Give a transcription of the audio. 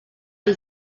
per